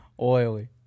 Oily